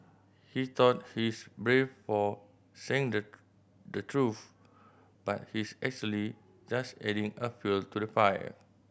he thought he's brave for saying the the truth but he's actually just adding a fuel to the fire